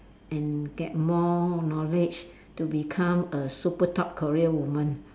and get more knowledge to become a super top career woman